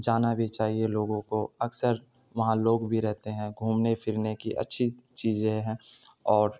جانا بھی چاہیے لوگوں کو اکثر وہاں لوگ بھی رہتے ہیں گھومنے پھرنے کی اچھی چیزیں ہیں اور